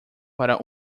para